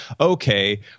okay